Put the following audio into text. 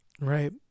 right